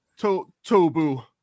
Tobu